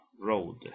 road